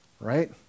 Right